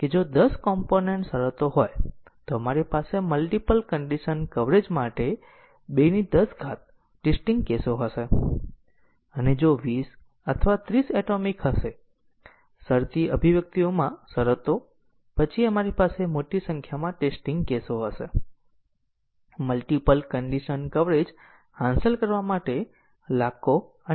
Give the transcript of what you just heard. તેથી ત્યાં લૂપના દરેક ઈટરેશન માટે એક નવો રસ્તો હશે અને જો તમને જરૂર હોય કે લૂપમાં તમામ પાથ હોય તો અમે જરૂરી ટેસ્ટીંગ કેસોની સંખ્યા વધારીશું અને કોઈપણ વ્યવહારુ પ્રેગ્રામ માટે અમે તમામ પાથ ટેસ્ટીંગ તમામ પાથ ટેસ્ટીંગ ને હાંસલ કરી શકતા નથી